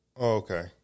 Okay